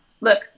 Look